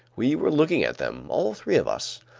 we were looking at them, all three of us,